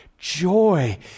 Joy